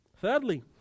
thirdly